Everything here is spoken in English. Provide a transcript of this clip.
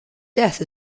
death